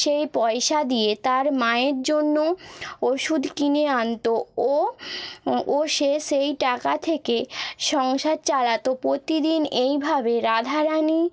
সেই পয়সা দিয়ে তার মায়ের জন্য ওষুধ কিনে আনত ও ও সে সেই টাকা থেকে সংসার চালাত প্রতিদিন এইভাবে রাধারানি